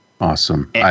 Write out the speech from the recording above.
Awesome